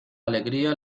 alegría